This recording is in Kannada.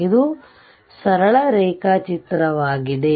ಇದು ಸರಳ ರೇಖಾಚಿತ್ರವಾಗಿದೆ